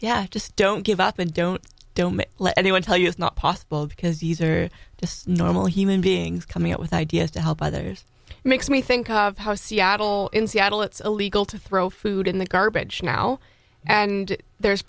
yeah just don't give up and don't don't let anyone tell you it's not possible because these are just normal human beings coming up with ideas to help others makes me think of how seattle in seattle it's illegal to throw food in the garbage now and there's